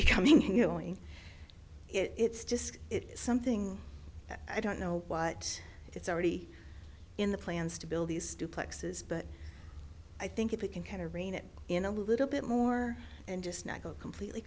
be coming and going it's just something that i don't know what it's already in the plans to build these two plexus but i think if we can kind of rein it in a little bit more and just not go completely